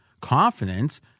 confidence